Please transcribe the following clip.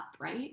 right